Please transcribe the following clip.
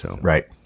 Right